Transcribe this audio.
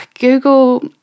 Google